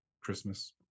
christmas